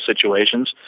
situations